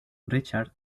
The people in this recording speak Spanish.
richard